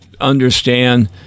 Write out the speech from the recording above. understand